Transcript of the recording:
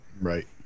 Right